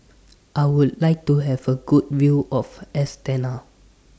I Would like to Have A Good View of Astana